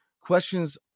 questions